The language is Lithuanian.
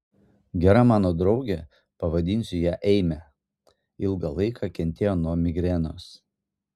gera mano draugė pavadinsiu ją eime ilgą laiką kentėjo nuo migrenos